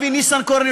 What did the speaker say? לאבי ניסנקורן,